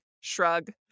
shrug